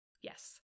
Yes